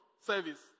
service